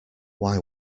why